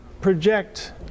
project